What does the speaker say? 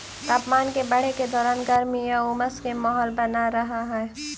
तापमान के बढ़े के दौरान गर्मी आउ उमस के माहौल बनल रहऽ हइ